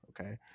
okay